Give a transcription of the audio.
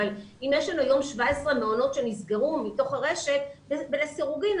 אם יש לנו היום 17 מעונות שנסגרו מתוך הרשת לסירוגין,